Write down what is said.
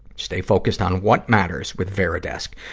stay focused on what matters with varidesk.